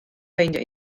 ffeindio